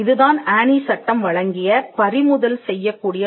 இதுதான் ஆனி சட்டம் வழங்கிய பறிமுதல் செய்யக் கூடிய சக்தி என்று கூறுகிறோம்